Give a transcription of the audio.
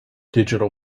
digital